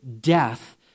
death